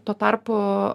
tuo tarpu